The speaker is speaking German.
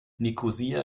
nikosia